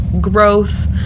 growth